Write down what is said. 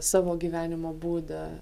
savo gyvenimo būdą